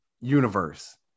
universe